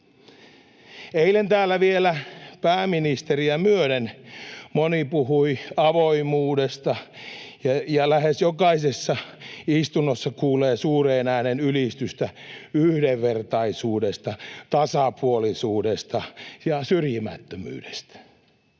Eilen täällä vielä pääministeriä myöden moni puhui avoimuudesta, ja lähes jokaisessa istunnossa kuulee suureen ääneen ylistystä yhdenvertaisuudesta, tasapuolisuudesta ja syrjimättömyydestä.